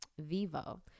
Vivo